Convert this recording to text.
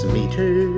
meter